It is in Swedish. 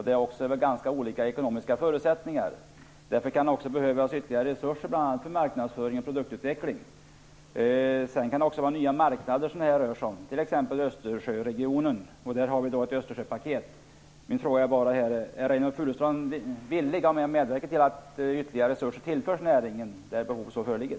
De har också ganska olika ekonomiska förutsättningar. Därför kan det behövas ytterligare resurser, bl.a. till marknadsföring och produktutveckling. Det kan också röra sig om nya marknader, t.ex. Östersjöregionen. Där har vi ett Östersjöpaket. Min fråga är bara: Är Reynoldh Furustrand villig att medverka till att ytterligare resurser tillförs näringen när behov föreligger?